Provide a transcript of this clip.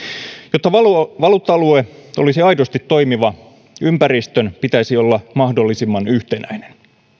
jotta valuutta valuutta alue olisi aidosti toimiva ympäristön pitäisi olla mahdollisimman yhtenäinen